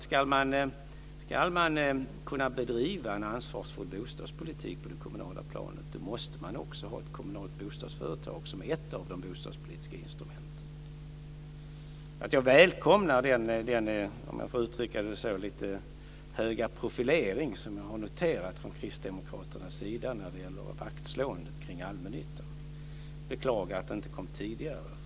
Ska man kunna bedriva en ansvarsfull bostadspolitik på det kommunala planet, måste man också ha ett kommunalt bostadsföretag som ett av de bostadspolitiska instrumenten. Jag välkomnar den - om jag så får uttrycka det - lite höga profilering som jag har noterat från Kristdemokraternas sida när det gäller vaktslående om allmännyttan. Jag beklagar att det inte kom tidigare.